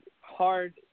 hard